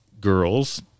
girls